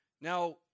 Now